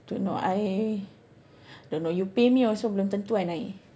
don't know I don't know you pay me also belum tentu I naik